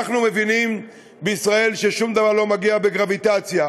אנחנו מבינים בישראל ששום דבר לא מגיע בגרביטציה,